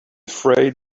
freight